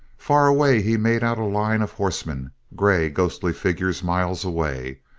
far away he made out a line of horsemen grey, ghostly figures miles away.